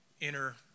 inner